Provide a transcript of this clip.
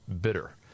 bitter